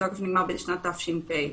התוקף נגמר בשנת תש"ף.